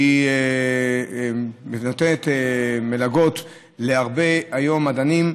שנותנת היום מלגות להרבה מדענים,